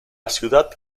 ciudad